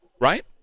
right